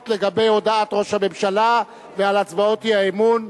לגבי הודעת ראש הממשלה ועל הצעות האי-אמון.